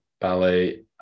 ballet